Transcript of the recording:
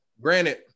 Granted